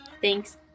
Thanks